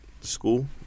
School